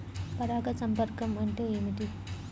పరాగ సంపర్కం అంటే ఏమిటి?